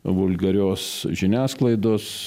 vulgarios žiniasklaidos